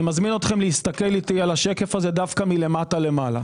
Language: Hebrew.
אני מזמין אתכם להסתכל עליו מלמטה למעלה.